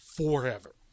Forever